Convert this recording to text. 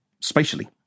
spatially